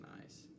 nice